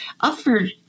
offered